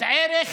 ערך